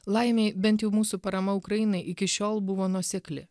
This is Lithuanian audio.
laimei bent jau mūsų parama ukrainai iki šiol buvo nuosekli